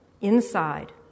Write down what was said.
inside